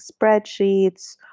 spreadsheets